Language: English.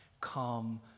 come